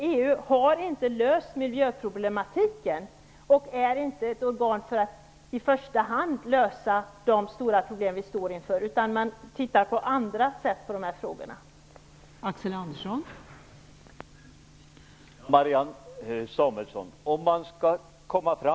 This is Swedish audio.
EU har inte löst miljöproblematiken. EU är inte ett organ för att i första hand lösa de stora problem vi står inför, utan EU tittar på dessa frågor på andra sätt.